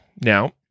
Now